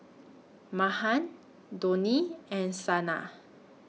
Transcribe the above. Mahan Dhoni and Saina